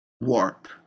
Warp